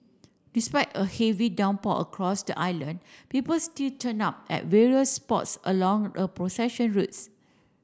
despite a heavy downpour across the island people still turned up at various spots along the procession routes